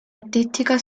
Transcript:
artística